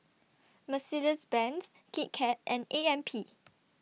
Mercedes Benz Kit Kat and A M P